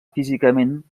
físicament